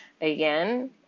Again